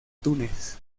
túnez